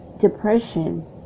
Depression